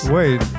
Wait